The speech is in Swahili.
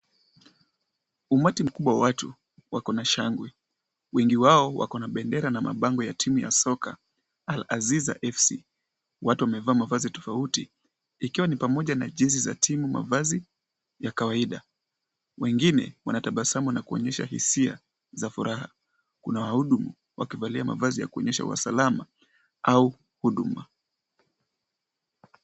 Umati mkubwa wa watu wako na shangwe. Wengi wao wana bendera na mabango ya timu ya soka alziza fc.Watu wamevaa mavazi tofauti ikiwa ni pamoja za jezi za timu, mavazi ya kawaida. Wengine wanatabasamu wanakuonyesha hisia za furaha. Kuna wahudumu wakivalia mavazi yakuonyesha usalama au huduma.